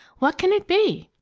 what can it be?